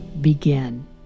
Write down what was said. begin